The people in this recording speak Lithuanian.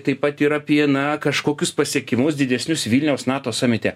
taip pat ir apie na kažkokius pasiekimus didesnius vilniaus nato samite